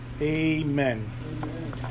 amen